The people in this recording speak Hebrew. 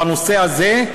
בנושא הזה,